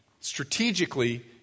strategically